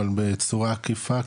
אבל בצורה עקיפה,